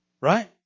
Right